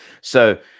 So-